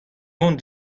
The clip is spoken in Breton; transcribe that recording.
vont